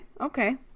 okay